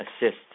assist